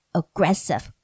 aggressive